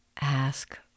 ask